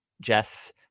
Jess